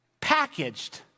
packaged